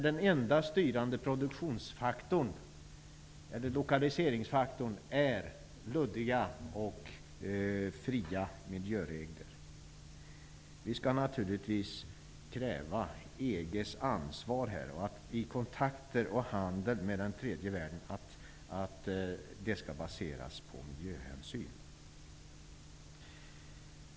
Den enda styrande lokaliseringsfaktorn är luddiga och fria miljöregler. Vi skall naturligtvis kräva att EG här tar sitt ansvar för att kontakter och handel med tredje världen skall baseras på miljöhänsyn.